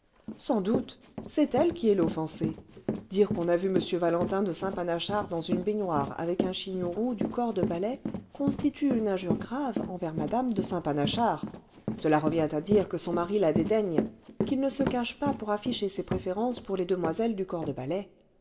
sans doute c'est elle qui est l'offensée dire qu'on a vu m valentin de saint panachard dans une baignoire avec un chignon roux du corps de ballet constitue une injure grave envers mme de saint panachard cela revient à dire que son mari la dédaigne qu'il ne se cache pas pour afficher les témoins de mmc de saint panachard le vingtième siècle ses préférences pour les demoiselles du corps de ballet